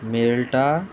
मेळटा